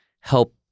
help